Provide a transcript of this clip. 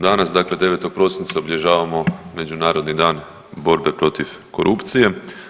Danas, dakle 9. prosinca obilježavamo Međunarodni dan borbe protiv korupcije.